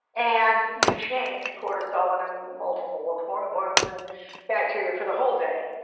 and you've changed cortisol and a multiple of hormones and bacteria for the whole day.